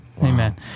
Amen